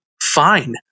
fine